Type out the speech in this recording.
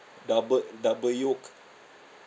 double double yolk